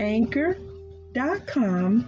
Anchor.com